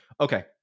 Okay